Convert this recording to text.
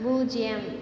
பூஜ்ஜியம்